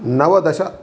नवदश